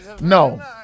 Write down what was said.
No